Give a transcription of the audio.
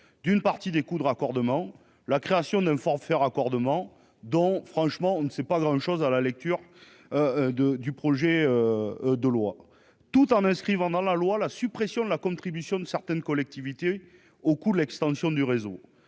d'une partie des coûts de raccordement et la création d'un forfait raccordement, dont, franchement, on n'apprend pas grand-chose à la lecture du projet de loi, et ce tout en inscrivant dans la loi la suppression de la contribution de certaines collectivités au financement de l'extension du réseau